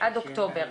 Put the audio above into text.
עד אוקטובר.